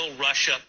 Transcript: Russia